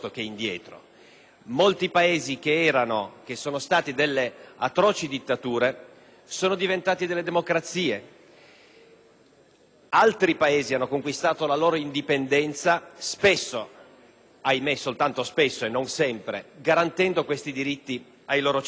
Molti Paesi che sono stati atroci dittature sono diventati democrazie; altri Paesi hanno conquistato la loro indipendenza spesso - ahimè, soltanto spesso e non sempre - garantendo questi diritti ai loro cittadini.